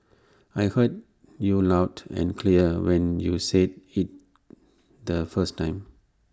I heard you loud and clear when you said IT the first time